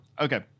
Okay